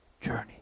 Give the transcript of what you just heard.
journey